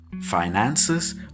finances